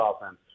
offense